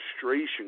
frustration